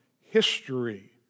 history